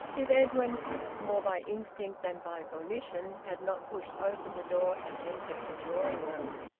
if edwin more by instinct than by volition had not pushed open the door and entered the drawing-room.